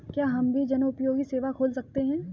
क्या हम भी जनोपयोगी सेवा खोल सकते हैं?